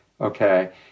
okay